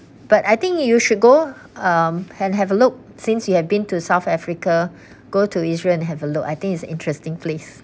but I think you should go um and have a look since you have been to south africa go to israel and have a look I think it's interesting place